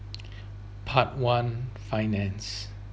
part one finance